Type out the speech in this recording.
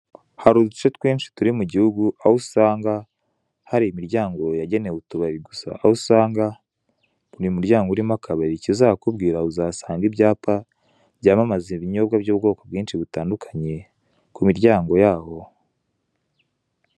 Hari uduce twinshi turi mu gihugu aho usanga hari imiryango yagenewe utubari gusa, aho usanga buri muryango urimo akabari ikizahakubwira uzahasanga ibyapa byamamaza ibinyobwa by'ubwoko bwinshi butandukanye ku miryango yaho.